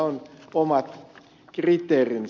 on omat kriteerinsä